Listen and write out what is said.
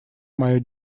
мое